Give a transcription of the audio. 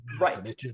right